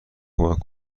کمک